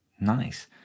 Nice